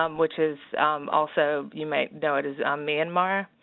um which is also, you might know it as myanmar,